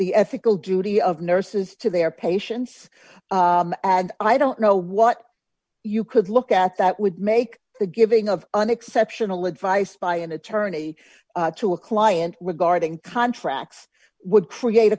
the ethical duty of nurses to their patients and i don't know what you could look at that would make the giving of an exceptional advice by an attorney to a client regarding contracts would create